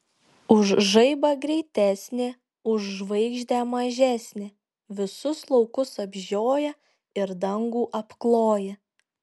už žaibą greitesnė už žvaigždę mažesnė visus laukus apžioja ir dangų apkloja